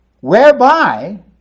Whereby